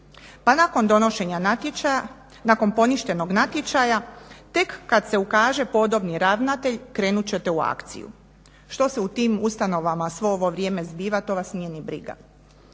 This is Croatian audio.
Kukuriku obitelji. Pa nakon poništenog natječaja tek kad se ukaže podobni ravnatelj krenut ćete u akciju. Što se u tim ustanovama svo ovo vrijeme zbiva to vas nije ni briga.